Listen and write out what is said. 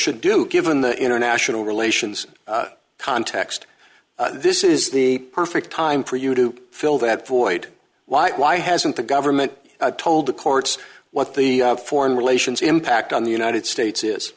should do given the international relations context this is the perfect time for you to fill that void why why hasn't the government told the courts what the foreign relations impact on the united states is